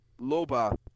loba